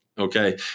Okay